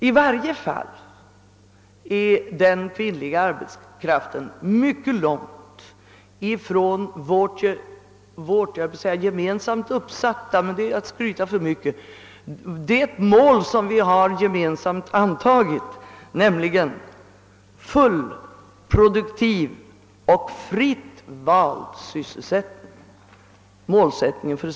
I varje fall är den kvinnliga arbetskraften mycket långt ifrån — jag höll på att säga vårt gemensamt uppsatta mål, men det är att skryta för mycket — målsättningen för svensk arbetsmarknadspolitik: full, produktiv och fritt vald sysselsättning.